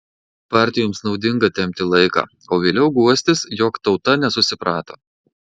partijoms naudinga tempti laiką o vėliau guostis jog tauta nesusiprato